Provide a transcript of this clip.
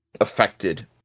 affected